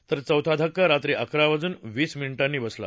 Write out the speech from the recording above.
तर चौथा धक्का रात्री अकरा वाजून वीस मिनिटांनी बसला